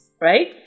right